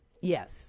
Yes